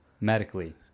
medically